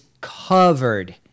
covered